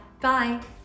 Bye